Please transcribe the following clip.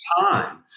time